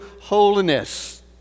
holiness